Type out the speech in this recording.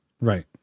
Right